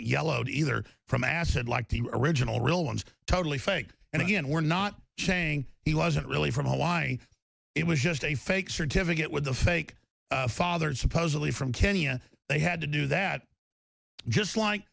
yellowed either from acid like the original real ones totally fake and again we're not saying he wasn't really from hawaii it was just a fake certificate with the fake father supposedly from kenya they had to do that just like